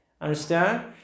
Understand